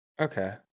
Okay